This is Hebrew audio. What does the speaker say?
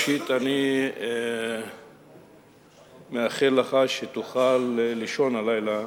ראשית אני מאחל לך שתוכל לישון הלילה,